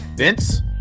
Vince